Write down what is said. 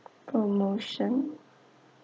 promotion